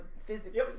physically